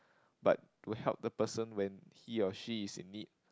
but to help the person when he or she is in need